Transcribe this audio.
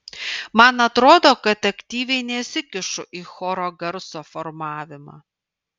man atrodo kad aktyviai nesikišu į choro garso formavimą